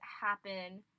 happen